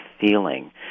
feeling